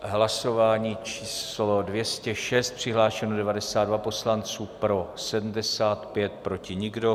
Hlasování číslo 206, přihlášeno 92 poslanců, pro 75, proti nikdo.